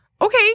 okay